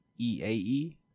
EAE